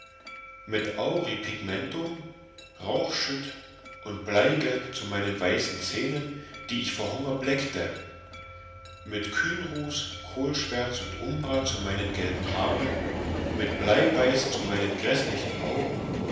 mit auripigmentum rauschschütt und bleigelb zu meinen weißen zähnen die ich vor hunger bleckte mit kühnruß kohlschwärz und umbra zu meinen gelben haaren mit bleiweiß zu meinen gräßlichen augen